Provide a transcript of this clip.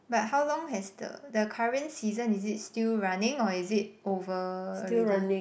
but how long has the the current season is it still running or is it over already